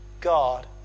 God